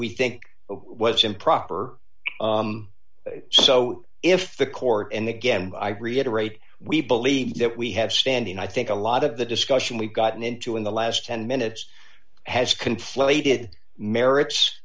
we think was improper so if the court and again i reiterate we believe that we have standing i think a lot of the discussion we've gotten into in the last ten minutes has conflated merits